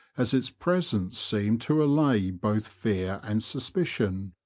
as its presence seemed to allay both fear and suspicion.